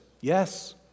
Yes